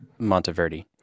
monteverdi